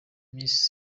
miss